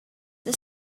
the